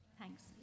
Thanks